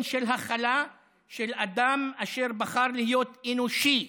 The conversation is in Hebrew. של הכלה של אדם אשר בחר להיות אנושי.